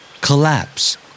Collapse